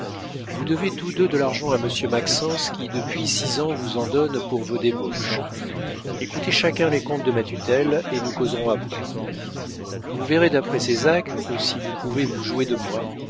vous devez tous deux de l'argent à monsieur maxence qui depuis six ans vous en donne pour vos débauches écoutez chacun les comptes de ma tutelle et nous causerons après vous verrez d'après ces actes si vous pouvez vous jouer de moi